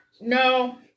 No